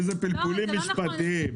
איזה פלפולים משפטיים.